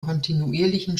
kontinuierlichen